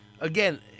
Again